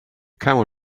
camel